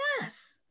Yes